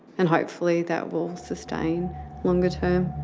and hopefully that will sustain longer term.